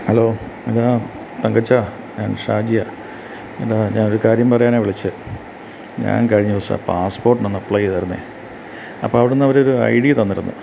hello എടാ തങ്കച്ചാ ഞാൻ ഷാജിയാണ് എടാ ഞാനൊരു കാര്യം പറയാനാണ് വിളിച്ചത് ഞാൻ കഴിഞ്ഞ ദിവസവ പാസ്പ്പോട്ടിനൊന്നപ്പ്ളൈ ചെയ്താരുന്നെ അപ്പം അവിടുന്നവരൊരൈ ഒരു ഐ ഡീ തന്നിരുന്നു